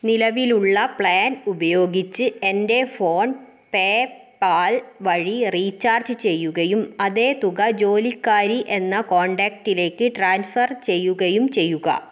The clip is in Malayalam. നിലവിലുള്ള പ്ലാൻ ഉപയോഗിച്ച് എൻ്റെ ഫോൺ പേപ്പാൽ വഴി റീചാർജ് ചെയ്യുകയും അതേ തുക ജോലിക്കാരി എന്ന കോൺടാക്റ്റിലേക്ക് ട്രാൻസ്ഫർ ചെയ്യുകയും ചെയ്യുക